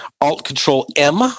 Alt-Control-M